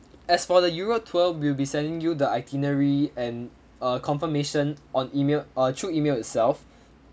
as for the europe tour we'll be sending you the itinerary and err confirmation on email err through email itself